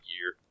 year